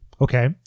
Okay